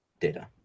data